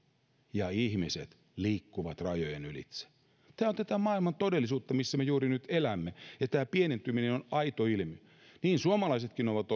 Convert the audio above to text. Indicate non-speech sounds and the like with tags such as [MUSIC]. ja ihmiset liikkuvat rajojen ylitse tämä on tätä maailman todellisuutta missä me juuri nyt elämme ja tämä pienentyminen on aito ilmiö niin suomalaisetkin ovat [UNINTELLIGIBLE]